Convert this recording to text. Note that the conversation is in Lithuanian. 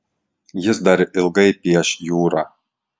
jis dar ilgai pieš jūrą